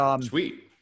sweet